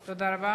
תודה רבה